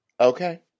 Okay